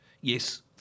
Yes